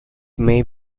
may